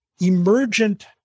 emergent